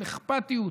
של אכפתיות.